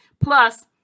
Plus